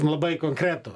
labai konkretų